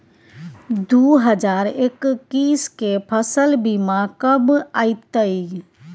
दु हजार एक्कीस के फसल बीमा कब अयतै?